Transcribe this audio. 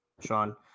Sean